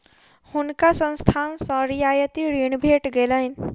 हुनका संस्थान सॅ रियायती ऋण भेट गेलैन